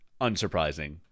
Unsurprising